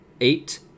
Eight